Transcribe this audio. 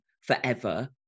forever